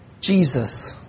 Jesus